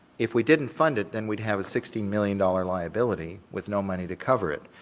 if we didn't fund it then we'd have a sixty million dollar liability with no money to cover it,